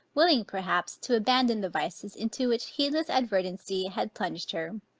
willing, perhaps, to abandon the vices into which heedless inadvertency had plunged her,